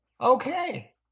Okay